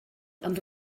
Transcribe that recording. ond